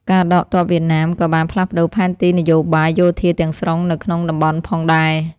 ការដកទ័ពវៀតណាមក៏បានផ្លាស់ប្តូរផែនទីនយោបាយយោធាទាំងស្រុងនៅក្នុងតំបន់ផងដែរ។